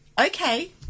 Okay